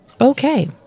Okay